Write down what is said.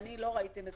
אני לא ראיתי נתונים.